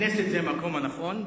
הכנסת היא המקום הנכון,